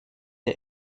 der